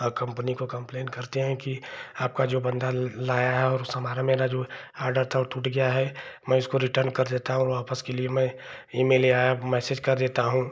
और कम्पनी को कम्प्लेन करते हैं कि आपका जो बन्दा लाया है और सामान मेरा जो ऑर्डर था वह टूट गया है मैं इसको रिटर्न कर देता हूँ वापस के लिए मैं ईमेल या मैसेज कर देता हूँ